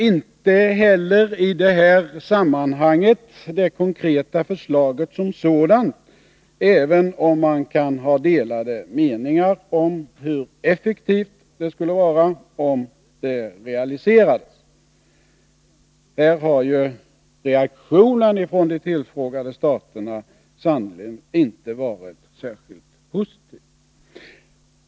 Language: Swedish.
Inte heller kritiseras i detta sammanhang det konkreta förslaget som sådant, även om man kan ha delade meningar om hur effektivt det skulle vara om det realiserades. Därvidlag har ju reaktionen från de tillfrågade staterna sannerligen inte varit särskilt positiv.